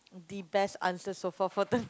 the best answer so for for them